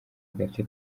gace